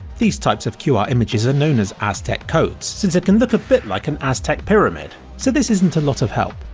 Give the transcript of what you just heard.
these types of qr images are known as aztec codes, since it can look a bit like an aztec pyramid, so this isn't a lot of help.